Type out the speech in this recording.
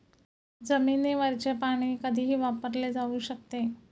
जमिनीवरचे पाणी कधीही वापरले जाऊ शकते